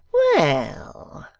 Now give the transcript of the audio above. well,